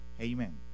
Amen